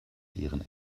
ihren